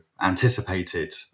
anticipated